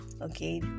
Okay